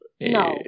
No